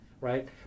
right